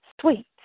sweet